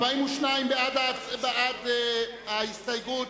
42 בעד ההסתייגות,